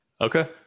Okay